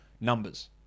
numbers